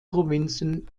provinzen